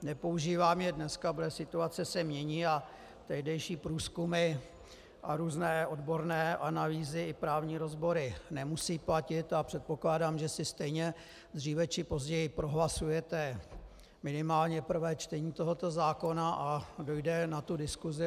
Nepoužívám je dneska, protože situace se mění a tehdejší průzkumy a různé odborné analýzy i právní rozbory nemusí platit a předpokládám, že si stejně dříve či později prohlasujete minimálně první čtení toho zákona a dojde na diskusi.